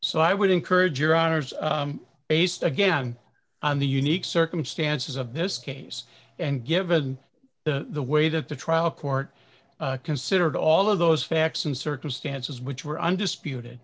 so i would encourage your honour's based again on the unique circumstances of this case and given the way that the trial court considered all of those facts and circumstances which were undisputed